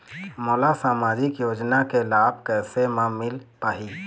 मोला सामाजिक योजना के लाभ कैसे म मिल पाही?